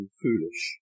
foolish